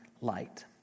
light